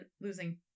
losing